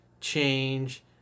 change